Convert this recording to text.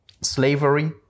Slavery